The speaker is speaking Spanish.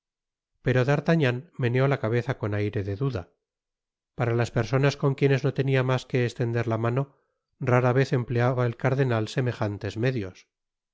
pero d'artagnan meneó la cabeza con aire de duda para las personas con quienes no tenia mas que estenderla mano rara vez empleaba el cardenal semejantes medios